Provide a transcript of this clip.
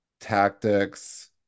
Tactics